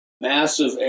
massive